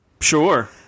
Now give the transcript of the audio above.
Sure